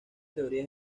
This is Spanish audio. teoría